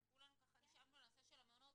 כי כולנו נשאבנו לנושא של המעונות,